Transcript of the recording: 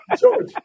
George